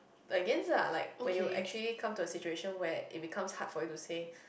against ah like when you actually come to a situation where it becomes hard for you to say